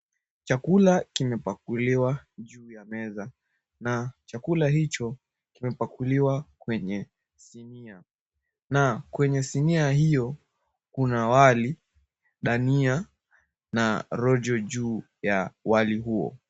Chakula kimepakuliwa juu ya meza na chakula hicho kimepakuliwa kwenye sinia na kwenye sinia hio kuna wali, dania na rojo juu ya wali huo.